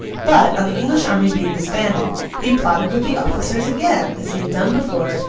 but, on the english army being disbanded, he plotted with the officers again, as he had done before,